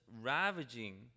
ravaging